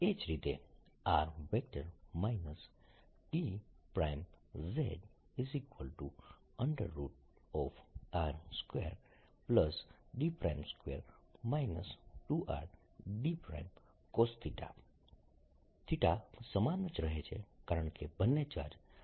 એ જ રીતે r dzr2d2 2rdcosθ સમાન જ રહે છે કારણ કે બંને ચાર્જ z અક્ષ પર છે